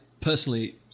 Personally